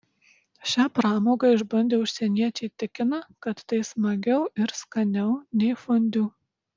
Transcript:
šią pramogą išbandę užsieniečiai tikina kad tai smagiau ir skaniau nei fondiu